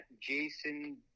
Jason